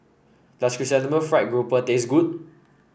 does Chrysanthemum Fried Grouper taste good